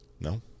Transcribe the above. No